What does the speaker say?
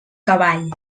cavall